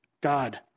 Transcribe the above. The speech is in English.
God